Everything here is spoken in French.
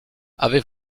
avez